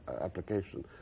application